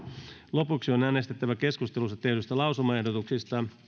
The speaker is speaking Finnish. lopuksi on äänestettävä keskustelussa tehdyistä lausumaehdotuksista